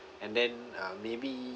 and then uh maybe